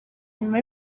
nyuma